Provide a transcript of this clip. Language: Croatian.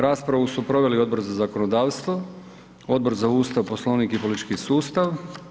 Raspravu su proveli Odbor za zakonodavstvo, Odbor za Ustav, Poslovnik i politički sustav.